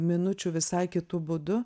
minučių visai kitu būdu